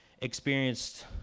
experienced